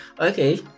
okay